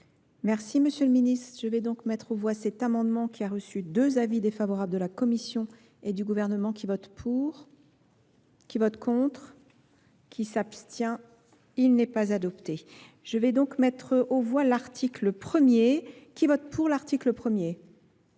sorte. M. le Ministre, je vais donc mettre aux voix cett amendement qui a reçu deux avis défavorables de la Commission et du Gouvernement qui votent pour, qui votent contre. qui s'abstient, il n'est pas adopté. je vais donc mettre aux voix l'article premier qui vote pour l'article